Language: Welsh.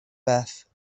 beth